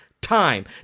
time